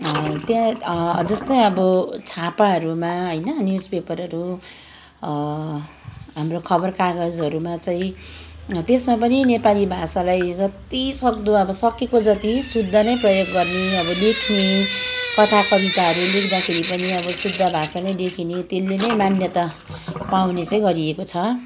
त्यहाँ जस्तै अब छापाहरूमा होइन न्युज पेपरहरू हाम्रो खबर कागजहरूमा चाहिँ त्यसमा पनि नेपाली भाषालाई जतिसक्दो अब सकेको जति शुद्ध नै प्रयोग गर्ने अब लेख्ने कथा कविताहरू लेख्दाखेरि पनि अब शुद्ध भाषा नै लेखिने त्यसले नै मान्यता पाउने चाहिँ गरिएको छ